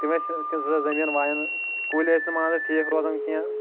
تِم ٲسۍ تِم زٕ زٔمیٖن وایان کُلۍ ٲسۍ نہٕ مان ژٕ ٹھیٖک روزان کینٛہہ